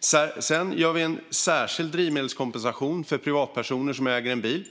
1,80. Sedan gör vi en särskild drivmedelskompensation för privatpersoner som äger en bil.